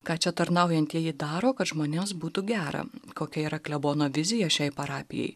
ką čia tarnaujantieji daro kad žmonėms būtų gera kokia yra klebono viziją šiai parapijai